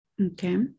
okay